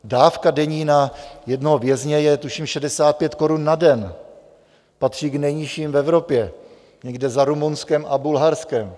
Dávka denní na jednoho vězně je tuším 65 korun na den, patří k nejnižším v Evropě, někde za Rumunskem a Bulharskem.